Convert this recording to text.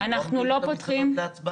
אנחנו לא מביאים את המסעדות להצבעה?